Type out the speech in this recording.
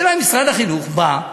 השאלה אם משרד החינוך בא,